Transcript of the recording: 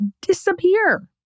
disappear